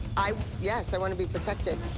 i yes, i want to be protected.